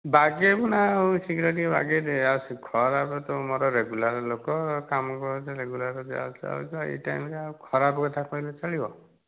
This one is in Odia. ବାଗେଇବୁ ନା ଆଉ ଶୀଘ୍ର ଟିକେ ବାଗେଇଦେ ଆଉ ସେ ଖରାପରେ ତୁମର ତ ରେଗୁଲାର ଲୋକ କାମ ପଡ଼ୁଛି ରେଗୁଲାର ଯାଉଛି ଆସୁଛି ଆଉ ଏହି ଟାଇମ୍ରେ ଆଉ ଖରାପ କଥା କହିଲେ ଚଳିବ